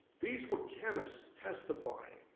these were chemist testifying